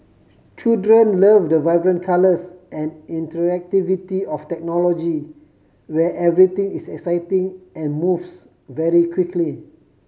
children love the vibrant colours and interactivity of technology where everything is exciting and moves very quickly